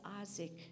Isaac